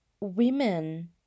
women